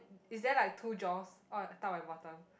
is there like two jaws oh top and bottom